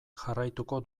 jarraituko